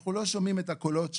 אנחנו לא שומעים את הקולות שלהם,